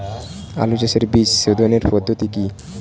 আলু চাষের বীজ সোধনের পদ্ধতি কি?